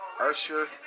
Usher